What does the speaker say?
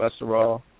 cholesterol